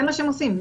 זה מה שהם עושים,